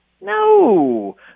No